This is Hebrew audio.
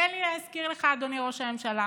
תן לי להזכיר לך, אדוני ראש הממשלה: